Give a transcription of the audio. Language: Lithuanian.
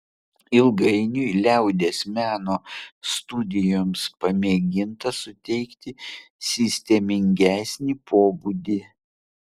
ilgainiui liaudies meno studijoms pamėginta suteikti sistemingesnį pobūdį